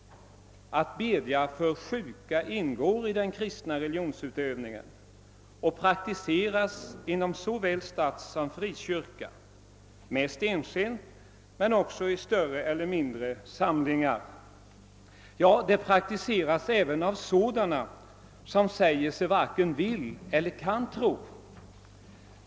Att bedja för sjuka ingår i den kristna religionsutövningen och praktiseras inom såväl statssom frikyrka, mest enskilt, men också i större eller mindre samlingar. Ja, det praktiseras även av sådana som säger sig varken vilja eller kunna tro.